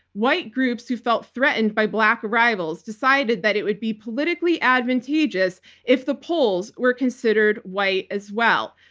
white groups who felt threatened by black rivals decided that it would be politically advantageous if the pols were considered white as well.